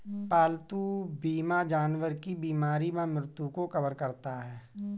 पालतू बीमा जानवर की बीमारी व मृत्यु को कवर करता है